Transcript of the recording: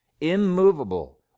immovable